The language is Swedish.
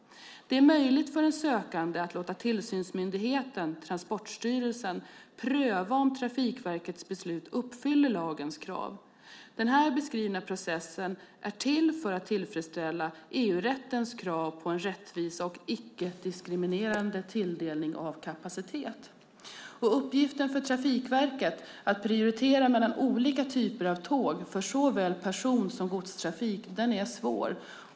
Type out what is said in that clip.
Det är möjligt för en sökande att låta tillsynsmyndigheten Transportstyrelsen pröva om Trafikverkets beslut uppfyller lagens krav. Den här beskrivna processen är till för att tillfredsställa EU-rättens krav på en rättvis och icke-diskriminerande tilldelning av kapacitet. Uppgiften för Trafikverket att prioritera mellan olika typer av tåg - för såväl person som godstrafik - är svår.